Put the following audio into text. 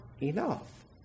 enough